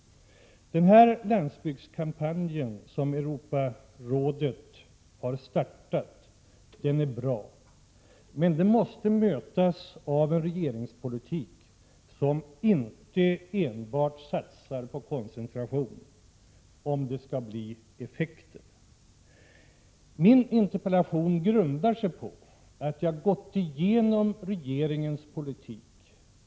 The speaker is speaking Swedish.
Den landsbygdskampanj som Europarådet har startat är bra. Men den måste mötas av en regeringspolitik som inte enbart satsar på koncentration, om det skall bli resultat. Min interpellation grundar sig på ett femtiotal regeringsbeslut, som missgynnar landsbygd och småorter.